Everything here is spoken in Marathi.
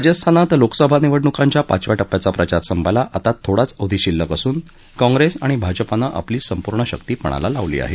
राजस्थानात लोकसभा निवडणूकांच्या पाचव्या पेप्याचा प्रचार संपायला आता थोडाच अवधी शिल्लक असून काँग्रेस आणि भाजपानं आपली संपूर्ण शक्ती पणाला लावली आहे